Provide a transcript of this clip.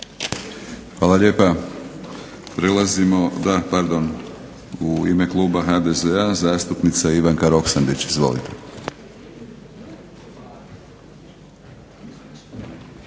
Hvala lijepa. U ime kluba HDZ-a zastupnika Ivanka Roksandić. Izvolite.